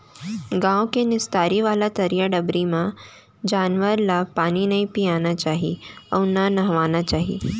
गॉँव के निस्तारी वाला तरिया डबरी म जानवर ल पानी नइ पियाना चाही अउ न नहवाना चाही